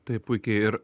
taip puikiai ir